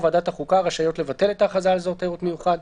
ועדת החוקה רשאיות לבטל את ההכרזה על אזור תיירות מיוחד.